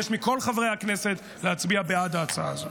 אני מבקש מכל חברי הכנסת להצביע בעד ההצעה הזאת.